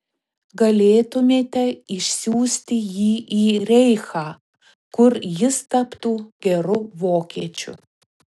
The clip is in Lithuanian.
galėtumėte išsiųsti jį į reichą kur jis taptų geru vokiečiu